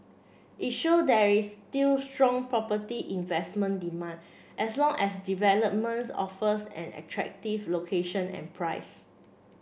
it show there is still strong property investment demand as long as a developments offers an attractive location and price